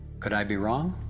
could i be wrong?